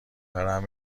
دارم